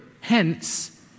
Hence